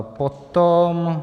Potom...